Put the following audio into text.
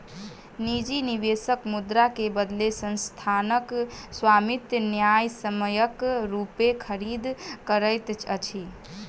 निजी निवेशक मुद्रा के बदले संस्थानक स्वामित्व न्यायसम्यक रूपेँ खरीद करैत अछि